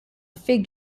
fig